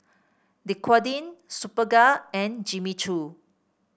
Dequadin Superga and Jimmy Choo